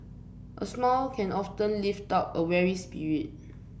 a smile can often lift up a weary spirit